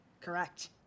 Correct